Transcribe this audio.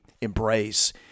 embrace